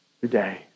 today